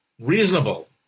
reasonable